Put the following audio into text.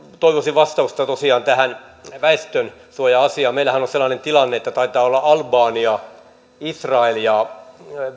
toivoisin vastausta tosiaan tähän väestönsuoja asiaan meillähän on sellainen tilanne että taitavat olla albania israel ja